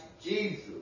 Jesus